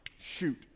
Shoot